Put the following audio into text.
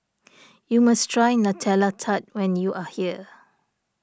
you must try Nutella Tart when you are here